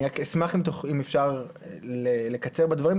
אני רק אשמח אם תוכלו לקצר בדברים,